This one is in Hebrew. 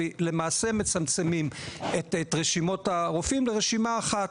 למעשה מצמצמים את רשימות הרופאים לרשימה אחת,